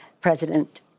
president